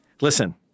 Listen-